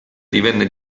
divenne